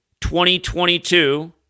2022